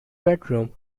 bedroom